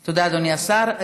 תודה, אדוני השר.